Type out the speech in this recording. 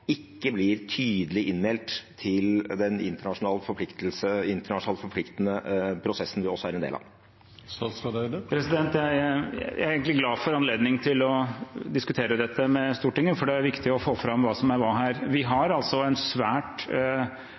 ikke blir tydelig innmeldt til den internasjonalt forpliktende prosessen vi også er en del av? Jeg er egentlig glad for anledningen til å diskutere dette med Stortinget, for det er viktig å få fram hva som er hva her. Vi har altså en svært